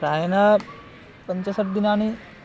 प्रायेण पञ्च षड्दिनानि